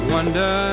Wonder